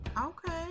okay